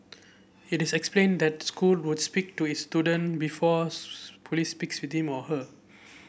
it explained that school would speak to its student before police speaks with him or her